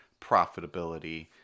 profitability